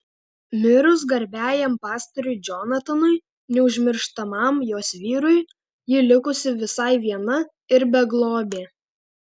mirus garbiajam pastoriui džonatanui neužmirštamam jos vyrui ji likusi visai viena ir beglobė